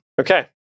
Okay